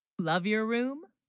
love your room,